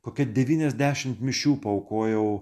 kokia devyniasdešimt mišių paaukojau